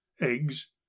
eggs